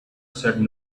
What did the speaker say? said